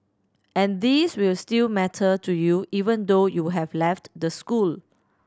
and these will still matter to you even though you have left the school